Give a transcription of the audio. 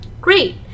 Great